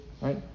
right